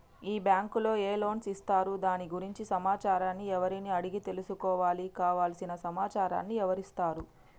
ఈ బ్యాంకులో ఏ లోన్స్ ఇస్తారు దాని గురించి సమాచారాన్ని ఎవరిని అడిగి తెలుసుకోవాలి? కావలసిన సమాచారాన్ని ఎవరిస్తారు?